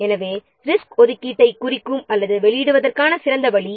இது ரிசோர்ஸ் அலோகேஷனை குறிக்கும் அல்லது வெளியிடுவதற்கான சிறந்த வழி